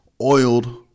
oiled